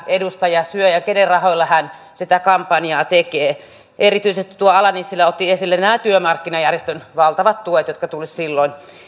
edustaja syö ja kenen rahoilla hän sitä kampanjaa tekee erityisesti edustaja ala nissilä otti esille nämä työmarkkinajärjestöjen valtavat tuet jotka tulisivat silloin